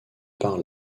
par